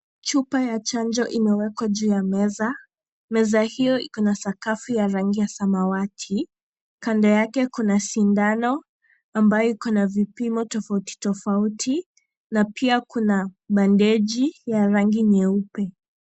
Chupa ya chanjo imewekwa juu ya meza, meza hiyo iko na sakafu ya rangi ya samawati, kando yake iko na sindano ambayo iko na vipimo tofauti tofauti, na pia kuna bandeji ya rangi nyeupe.